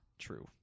true